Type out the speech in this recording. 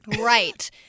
Right